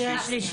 נכנס.